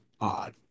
odd